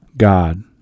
God